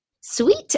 Sweet